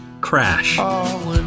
Crash